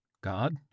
God